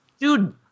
Dude